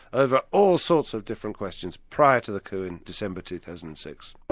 over all sorts of different questions prior to the coup in december, two thousand and six.